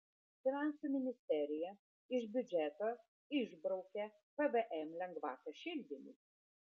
finansų ministerija iš biudžeto išbraukė pvm lengvatą šildymui